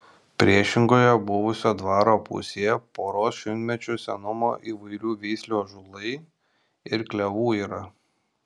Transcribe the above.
priešingoje buvusio dvaro pusėje poros šimtmečių senumo įvairių veislių ąžuolai ir klevų yra